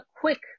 quick